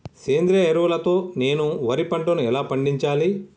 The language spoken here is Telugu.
సేంద్రీయ ఎరువుల తో నేను వరి పంటను ఎలా పండించాలి?